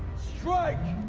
strike